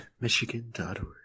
Michigan.org